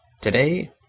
today